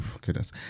goodness